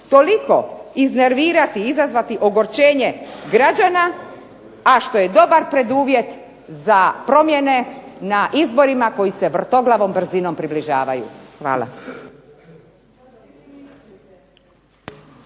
toliko iznervirati, izazvati ogorčenje građana, a što je dobar preduvjet za promjene na izborima koji se vrtoglavom brzinom približavaju. Hvala.